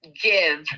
give